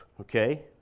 okay